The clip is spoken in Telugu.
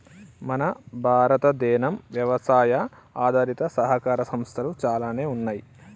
మన భారతదేనం యవసాయ ఆధారిత సహకార సంస్థలు చాలానే ఉన్నయ్యి